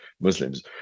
Muslims